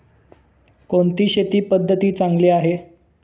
कोणती शेती पद्धती चांगली आहे?